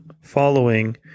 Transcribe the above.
following